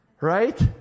Right